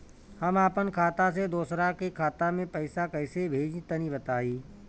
हम आपन खाता से दोसरा के खाता मे पईसा कइसे भेजि तनि बताईं?